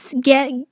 get